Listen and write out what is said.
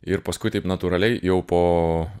ir paskui taip natūraliai jau po